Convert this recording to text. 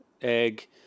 egg